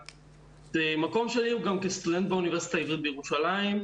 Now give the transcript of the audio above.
המקום שלי הוא גם כסטודנט באוניברסיטה העברית בירושלים,